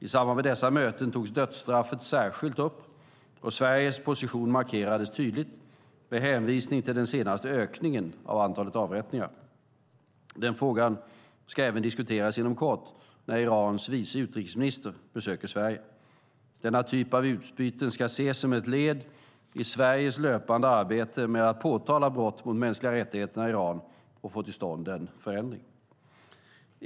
I samband med dessa möten togs dödsstraffet särskilt upp, och Sveriges position markerades tydligt, med hänvisning till den senaste ökningen av antalet avrättningar. Den frågan ska även diskuteras inom kort när Irans vice utrikesminister besöker Sverige. Denna typ av utbyte ska ses som ett led i Sveriges löpande arbete med att påtala brott mot de mänskliga rättigheterna i Iran och få till stånd en förändring.